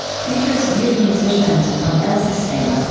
features youth musicians from el sistema,